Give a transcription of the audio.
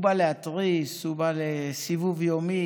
הוא בא להתריס, הוא בא לסיבוב יומי.